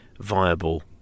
viable